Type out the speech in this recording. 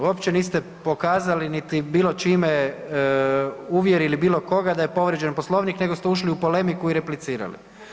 Uopće niste pokazali niti bilo čime uvjerili bilo koga da je povrijeđen Poslovnik nego ste ušli u polemiku i replicirali.